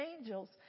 angels